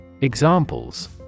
Examples